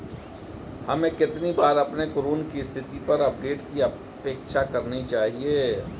हमें कितनी बार अपने ऋण की स्थिति पर अपडेट की अपेक्षा करनी चाहिए?